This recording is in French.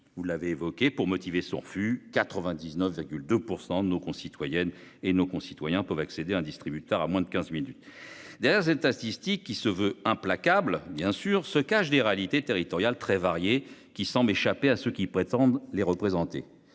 Vous l'avez évoqué pour motiver son refus. 99,2% de nos concitoyennes et nos concitoyens peuvent accéder un distributeur à moins de 15 minutes. Derrière ces statistiques qui se veut implacable bien sûr se cachent des réalités territoriales très varié qui semble échapper à ceux qui prétendent les représenter.